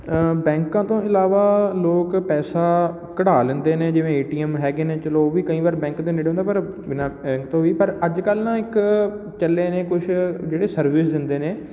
ਬੈਂਕਾਂ ਤੋਂ ਇਲਾਵਾ ਲੋਕ ਪੈਸਾ ਕਢਾ ਲੈਂਦੇ ਨੇ ਜਿਵੇਂ ਏ ਟੀ ਐੱਮ ਹੈਗੇ ਨੇ ਚਲੋ ਉਹ ਵੀ ਕਈ ਵਾਰ ਬੈਂਕ ਦੇ ਨੇੜੇ ਹੁੰਦਾ ਪਰ ਬਿਨਾ ਬੈਂਕ ਤੋਂ ਵੀ ਪਰ ਅੱਜ ਕੱਲ੍ਹ ਨਾ ਇੱਕ ਚੱਲੇ ਨੇ ਕੁਛ ਜਿਹੜੇ ਸਰਵਿਸ ਦਿੰਦੇ ਨੇ